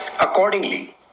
Accordingly